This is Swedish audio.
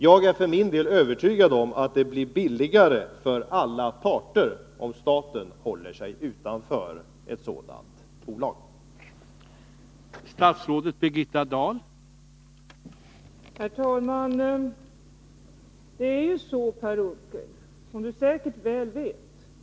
Jag är för min del övertygad om att det blir billigare för alla parter om staten håller sig utanför ett sådant bolag.